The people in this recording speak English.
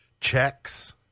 checks